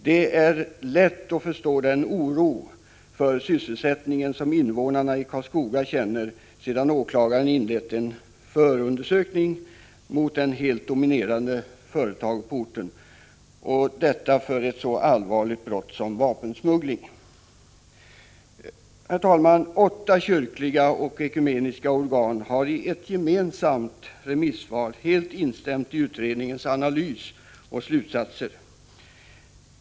Det är lätt att förstå den oro för sysselsättningen som invånarna i Karlskoga känner sedan åklagaren inlett en förundersökning mot det helt dominerande företaget på orten, och detta för ett så allvarligt brott som vapensmuggling. Herr talman! Åtta kyrkliga och ekumeniska organ har i ett gemensamt remissvar helt instämt i utredningens analys och slutsatser.